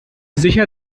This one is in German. sicher